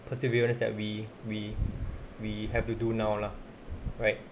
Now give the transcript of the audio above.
perseverance that we we we have to do now lah right